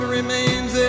remains